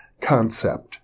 concept